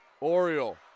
Oriole